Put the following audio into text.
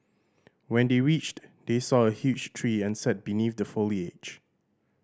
when they reached they saw a huge tree and sat beneath the foliage